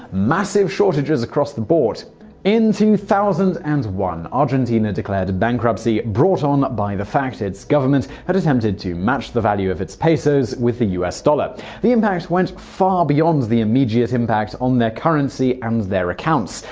massive shortages across the board in two thousand and one, argentina declared bankruptcy brought on by the fact its government had attempted to match the value of its pesos with the us dollar the impact went far beyond the immediate impact on their currency and their accounts.